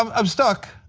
um i'm stuck.